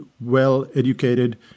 well-educated